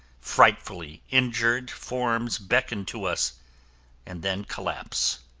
frightfully injured forms beckon to us and then collapse.